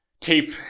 keep